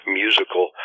musical